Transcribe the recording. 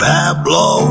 Pablo